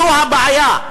זו הבעיה.